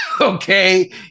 Okay